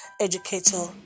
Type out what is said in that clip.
educator